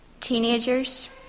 teenagers